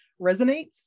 resonates